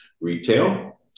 retail